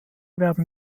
werden